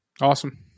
Awesome